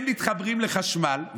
הם מתחברים לחשמל,